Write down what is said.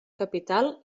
capital